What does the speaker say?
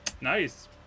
Nice